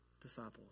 disciples